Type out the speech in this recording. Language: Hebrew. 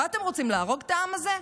מה אתם רוצים, להרוג את העם הזה?